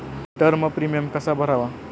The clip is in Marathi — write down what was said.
टर्म प्रीमियम कसा भरावा?